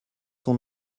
sont